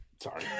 Sorry